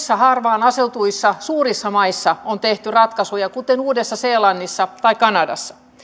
muissa harvaan asutuissa suurissa maissa on tehty ratkaisuja kuten uudessa seelannissa tai kanadassa